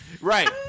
Right